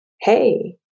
hey